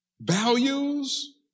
Values